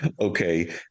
Okay